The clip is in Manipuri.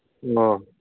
ꯑꯣ